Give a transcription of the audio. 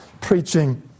preaching